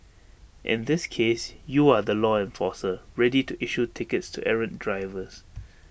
in this case you are the law enforcer ready to issue tickets to errant drivers